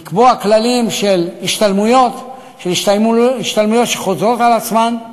לקבוע כללים של השתלמויות שחוזרות על עצמן,